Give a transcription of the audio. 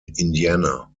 indiana